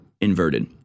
inverted